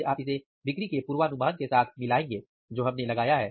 फिर आप इसे बिक्री के पूर्वानुमान के साथ मिलाएंगे जो हमने लगाया है